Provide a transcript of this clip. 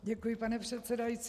Děkuji, pane předsedající.